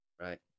Right